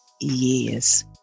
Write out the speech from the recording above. years